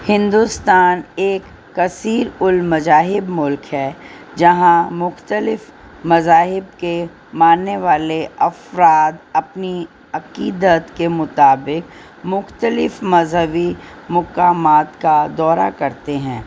ہندوستان ایک کثیر المذاہب ملک ہے جہاں مختلف مذاہب کے ماننے والے افراد اپنی عقیدت کے مطابق مختلف مذہبی مقامات کا دورہ کرتے ہیں